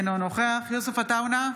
אינו נוכח יוסף עטאונה,